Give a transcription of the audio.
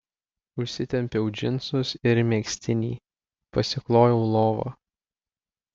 užsitempiau džinsus ir megztinį pasiklojau lovą